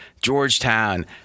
Georgetown